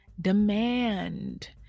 demand